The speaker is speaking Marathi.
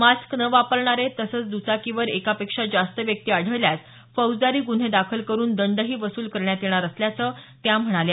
मास्क न वापरणारे तसंच दचाकीवर एकापेक्षा जास्त व्यक्ती आढळल्यास फौजदारी गुन्हे दाखल करून दंडही वसूल करण्यात येणार असल्याचं त्या म्हणाल्या